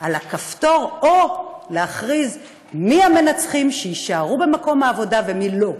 על הכפתור או להכריז מי המנצחים שיישארו במקום העבודה ומי לא,